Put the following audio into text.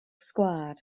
sgwâr